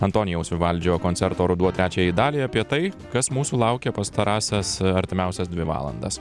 antonijaus vivaldžio koncerto ruduo trečiąjai daliai apie tai kas mūsų laukia pastarąsias artimiausias dvi valandas